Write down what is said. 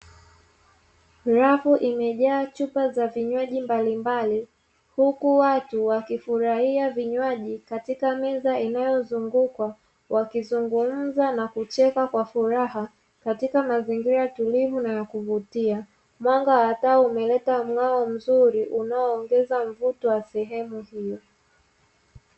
Rafu imejaa chupa za vinywaji mbalimbali, huku watu wakifurahia vinywaji katika meza inayozungukwa; wakizungumza na kucheka kwa furaha katika mazingira tulivu na ya kuvutia. Mwanga wa taa umeleta mng'ao mzuri unaoongeza mvuto wa sehemu hiyo.